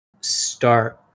start